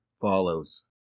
follows